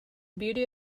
beauty